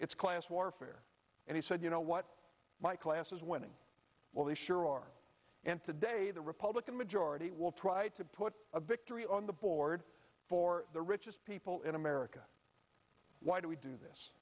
it's class warfare and he said you know what my class is winning well they sure are and today the republican majority will try to put a victory on the board for the richest people in america why do we do this